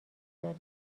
داری